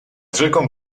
rzeką